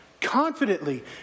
confidently